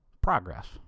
Progress